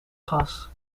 gas